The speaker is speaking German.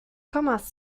kommas